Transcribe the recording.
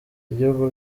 ibihugu